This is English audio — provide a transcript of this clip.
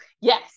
Yes